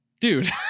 dude